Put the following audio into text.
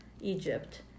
Egypt